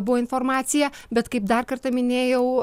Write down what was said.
buvo informacija bet kaip dar kartą minėjau